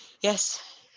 yes